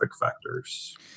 factors